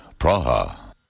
Praha